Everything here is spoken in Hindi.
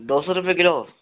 दो सौ रूपये किलो